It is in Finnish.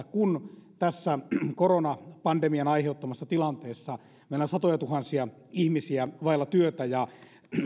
kun tässä koronapandemian aiheuttamassa tilanteessa meillä on satojatuhansia ihmisiä vailla työtä ja